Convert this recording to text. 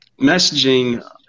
messaging